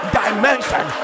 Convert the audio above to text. dimension